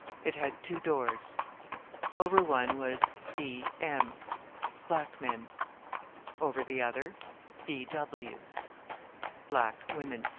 it had two doors over one was b. m black men over the other b. w black women.